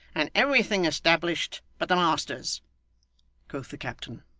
and everything established but the masters quoth the captain.